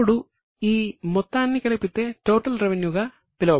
ఇప్పుడు ఈ మొత్తాన్ని కలిపితే టోటల్ రెవెన్యూ గా పిలువబడుతుంది